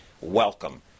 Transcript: Welcome